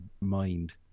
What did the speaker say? mind